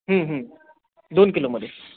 दोन किलोमध्ये